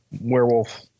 werewolf